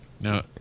No